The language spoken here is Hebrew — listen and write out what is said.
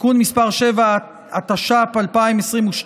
(תיקון מס' 7), התשפ"ב 2022,